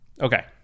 Okay